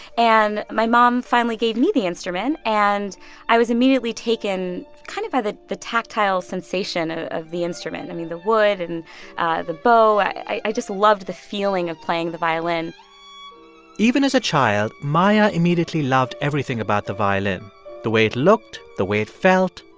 and my mom finally gave me the instrument. and i was immediately taken kind of by the the tactile sensation ah of the instrument i mean, the wood and the bow. i just loved the feeling of playing the violin even as a child, maya immediately loved everything about the violin the way it looked, the way it felt,